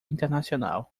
internacional